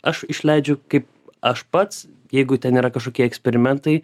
aš išleidžiu kaip aš pats jeigu ten yra kažkokie eksperimentai